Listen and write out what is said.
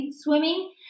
swimming